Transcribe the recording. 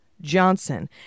Johnson